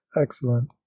excellent